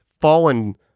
fallen